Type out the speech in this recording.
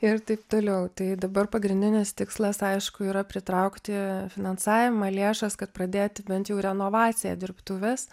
ir taip toliau tai dabar pagrindinis tikslas aišku yra pritraukti finansavimą lėšas kad pradėti bent jau renovaciją dirbtuves